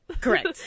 Correct